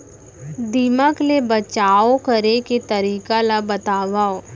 दीमक ले बचाव करे के तरीका ला बतावव?